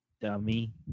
Dummy